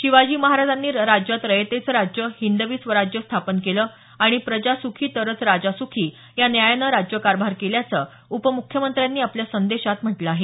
शिवाजी महाराजांनी राज्यात रयतेचं राज्य हिंदवी स्वराज्य स्थापन केलं आणि प्रजा सुखी तरच राजा सुखी या न्यायानं राज्यकारभार केल्याचं उपमुख्यमंत्र्यांनी आपल्या संदेशात म्हटलं आहे